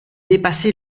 dépassé